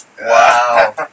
Wow